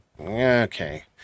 Okay